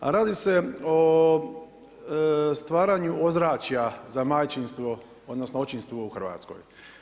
Radi se o stvaranju ozračja za majčinstvo, odnosno očinstvo u Hrvatskoj.